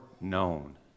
known